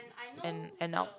and and now